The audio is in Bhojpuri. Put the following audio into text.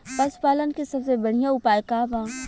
पशु पालन के सबसे बढ़ियां उपाय का बा?